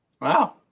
wow